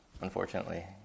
unfortunately